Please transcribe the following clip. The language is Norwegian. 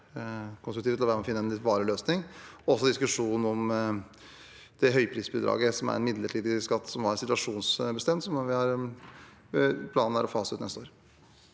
løsning, og diskusjonen om høyprisbidraget, som er en midlertidig skatt som var situasjonsbestemt, og som planen er å fase ut neste år.